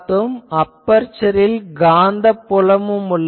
அபெர்சரில் காந்தப் புலமும் உள்ளது